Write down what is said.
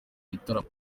gitaramo